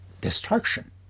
destruction